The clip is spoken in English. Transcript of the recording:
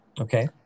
Okay